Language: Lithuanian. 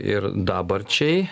ir dabarčiai